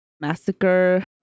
massacre